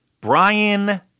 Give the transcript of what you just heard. Brian